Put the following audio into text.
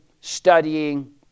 studying